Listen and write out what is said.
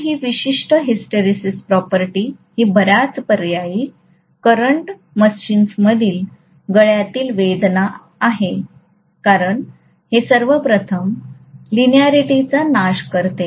तर ही विशिष्ट हिस्टरेसिस प्रॉपर्टी ही बर्याच पर्यायी करंट मशीन्समधील गळ्यातील वेदना आहे कारण हे सर्वप्रथम लिनिअॅरिटीचा नाश करेल